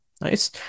nice